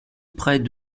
près